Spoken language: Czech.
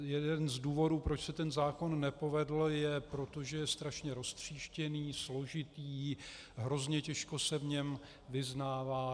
Jeden z důvodů, proč se ten zákon nepovedl, je, protože je strašně roztříštěný, složitý, hrozně těžko se v něm vyznává.